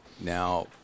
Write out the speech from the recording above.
Now